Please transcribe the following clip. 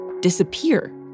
disappear